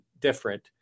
different